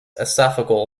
esophageal